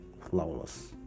Flawless